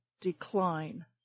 decline